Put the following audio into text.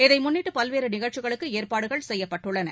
இதை முன்னிட்டு பல்வேறு நிகழ்ச்சிகளுக்கு ஏற்பாடுகள் செய்யப்பட்டுள்ளன